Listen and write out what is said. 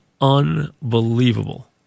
unbelievable